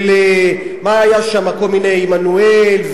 ולכל מיני עמנואל,